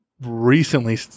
recently